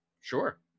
sure